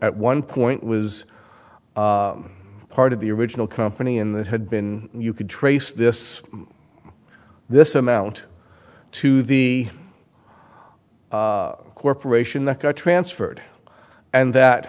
at one point was part of the original company and it had been you could trace this this amount to the corporation that got transferred and that